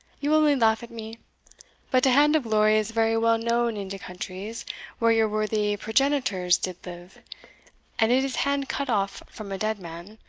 you will only laugh at me but de hand of glory is vary well known in de countries where your worthy progenitors did live and it is hand cut off from a dead man,